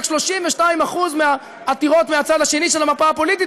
רק 32% מהעתירות מהצד השני של המפה הפוליטית,